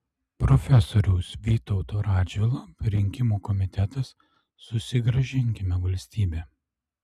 profesoriaus vytauto radžvilo rinkimų komitetas susigrąžinkime valstybę